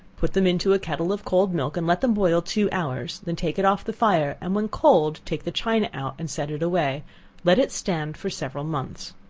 put them into a kettle of cold milk, and let them boil two hours, then take it off the fire, and when cold take the china out, and set it away let it stand for several months.